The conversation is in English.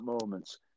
moments